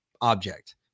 object